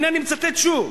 הנה אני מצטט שוב.